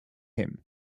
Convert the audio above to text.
him